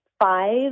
Five